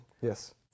Yes